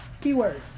Keywords